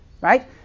right